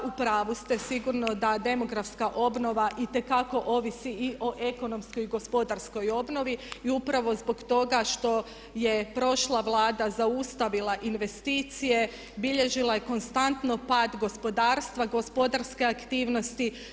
Pa u pravu ste sigurno da demografska obnova itekako ovisi i o ekonomskoj i gospodarskoj obnovi i upravo zbog toga što je prošla Vlada zaustavila investicije bilježila je konstantno pad gospodarstva, gospodarske aktivnosti.